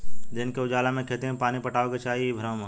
दिन के उजाला में खेत में पानी पटावे के चाही इ भ्रम ह